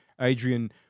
Adrian